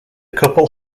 couple